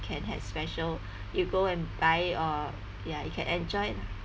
can have special you go and buy or ya you can enjoy it lah